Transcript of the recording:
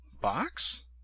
box